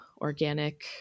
organic